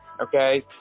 Okay